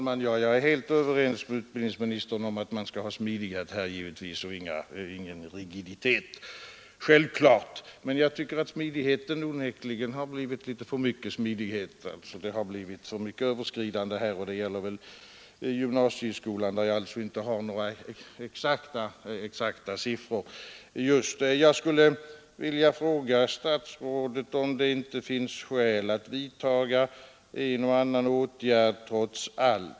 Herr talman! Jag är helt överens med utbildningsministern om att man skall vara litet smidig och inte ha några rigida bestämmelser. Det är självklart. Men jag tycker onekligen att smidigheten har blivit litet för vanlig, det har blivit för mycket överskridande. Detta gäller väl just för gymnasieskolan, för vilken jag dock inte har några exakta siffror. Jag vill fråga statsrådet om det inte trots allt finns skäl för en och annan åtgärd.